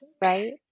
right